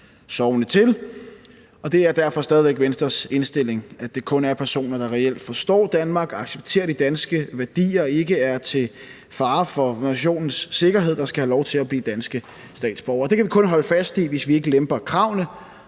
det er derfor stadig væk Venstres indstilling, at det kun er personer, der reelt forstår Danmark, accepterer de danske værdier og ikke er til fare for nationens sikkerhed, der skal have lov til at blive danske statsborgere. Det kan vi kun holde fast i, hvis vi ikke lemper kravene,